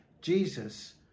Jesus